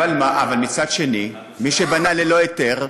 אבל מצד שני, מי שבנה ללא היתר,